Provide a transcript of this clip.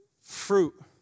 Fruit